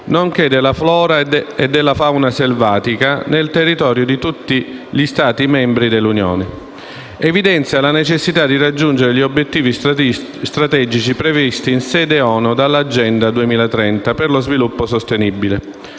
nonché della flora e della fauna selvatica nel territorio di tutti gli Stati membri dell'Unione. Il testo in esame evidenzia la necessità di raggiungere degli obiettivi strategici previsti in sede ONU dall'Agenda 2030 per lo sviluppo sostenibile,